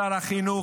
שר החינוך,